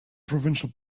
provincial